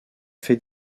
fait